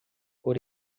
por